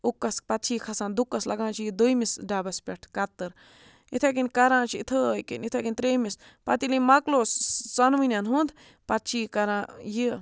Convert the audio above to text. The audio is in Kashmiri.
اُکَس پَتہٕ چھِ یہِ کھَسان دُکَس لَگان چھِ یہِ دٔیمِس ڈَبَس پٮ۪ٹھ کَتٕر یِتھَے کٔنۍ کَران چھِ یِتھٲے کٔنۍ یِتھَے کٔنۍ ترٛیٚیمِس پَتہٕ ییٚلہِ یہِ مۄکلو ژۄنوٕنیَن ہُنٛد پَتہٕ چھِ یہِ کَران یہِ